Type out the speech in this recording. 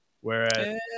Whereas